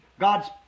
God's